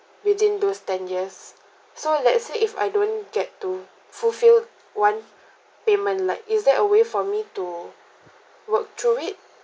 within those ten years so let's say if I don't get to fulfil one payment like is there a way for me to work through it